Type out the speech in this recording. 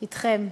אתכם.